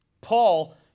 Paul